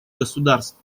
государств